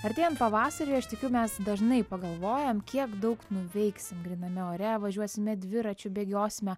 artėjant pavasariui aš tikiu mes dažnai pagalvojam kiek daug nuveiksim gryname ore važiuosime dviračiu bėgiosime